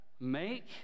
Make